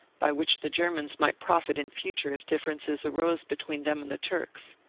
by which the germans might profit in future if differences arose between them and the turks.